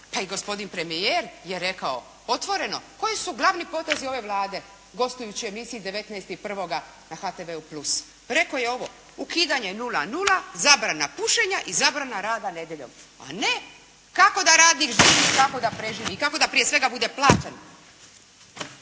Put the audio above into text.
Pa i gospodin premijer je rekao otvoreno koji su glavni potezi ove Vlade gostujući u emisiji 19.1. na HTV-u Plus. Rekao je ovo: "Ukidanje nula nula, zabrana pušenja i zabrana rada nedjeljom." a ne kako da radnik živi i kako da preživi, i kako da prije svega bude plaćen.